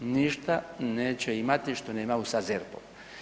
Ništa neće imati što nema sa ZERP-om.